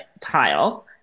tile